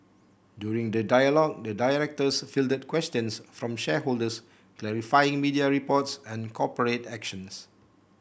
during the dialogue the directors fielded questions from shareholders clarifying media reports and corporate actions